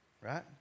right